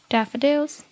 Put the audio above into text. Daffodils